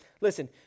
listen